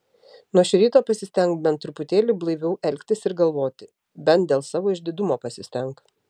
nuo šio ryto pasistenk bent truputėlį blaiviau elgtis ir galvoti bent dėl savo išdidumo pasistenk